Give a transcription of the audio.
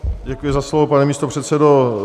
Děkuji za slovo, pane místopředsedo.